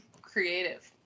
Creative